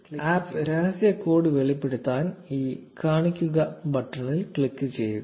0321 ഇപ്പോൾ ആപ്പ് രഹസ്യ കോഡ് വെളിപ്പെടുത്താൻ ഈ കാണിക്കുക ബട്ടണിൽ ക്ലിക്ക് ചെയ്യുക